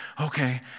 okay